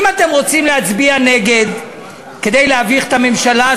אם אתם רוצים להצביע נגד כדי להביך את הממשלה,